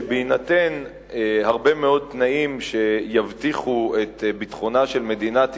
שבהינתן הרבה מאוד תנאים שיבטיחו את ביטחונה של מדינת ישראל,